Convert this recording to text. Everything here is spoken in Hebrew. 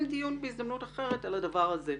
בהזדמנות אחרת נקיים דיון על הדבר הזה.